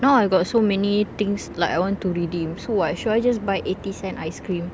now I got so many things like I want to redeem so what should I just buy eighty cent ice cream